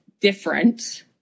different